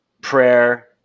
prayer